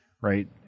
right